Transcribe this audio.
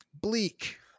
Bleak